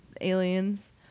aliens